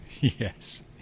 yes